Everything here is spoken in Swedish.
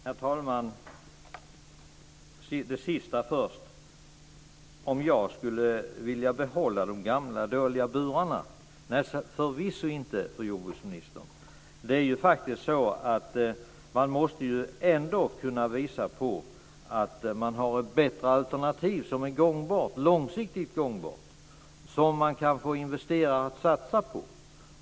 Herr talman! Jag tar först upp det sista, att jag skulle vilja behålla de gamla och dåliga burarna. Nej, förvisso inte, fru jordbruksminister, men man måste faktiskt kunna visa att man har ett bättre alternativ, som är långsiktigt gångbart och som man kan få investerare att satsa på.